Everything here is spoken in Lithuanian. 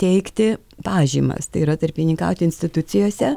teikti pažymas tai yra tarpininkauti institucijose